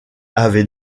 avait